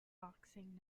boxing